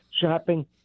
shopping